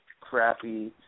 crappy